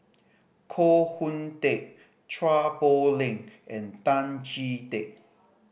Koh Hoon Teck Chua Poh Leng and Tan Chee Teck